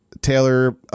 Taylor